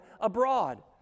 abroad